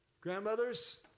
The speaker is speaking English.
grandmothers